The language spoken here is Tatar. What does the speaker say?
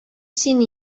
син